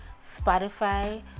Spotify